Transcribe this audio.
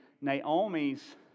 Naomi's